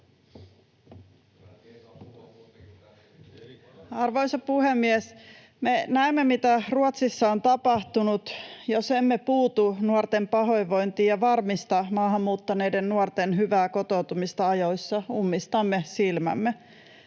Arvoisa puhemies! Me näemme, mitä Ruotsissa on tapahtunut. Jos emme puutu nuorten pahoinvointiin ja varmista maahanmuuttaneiden nuorten hyvää kotoutumista ajoissa, ummistamme silmämme.